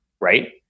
right